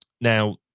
Now